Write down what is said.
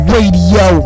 Radio